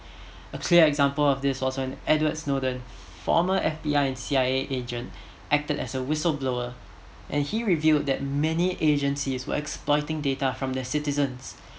a clear example of this was when edward snowden former F_B_I and C_I_A agent acted as a whistle blower and he revealed that many agencies were exploiting data from their citizens